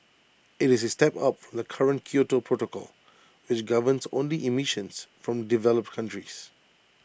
IT is A step up from the current Kyoto protocol which governs only emissions from developed countries